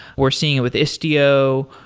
we're seeing it with istio,